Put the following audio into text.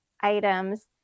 items